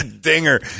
Dinger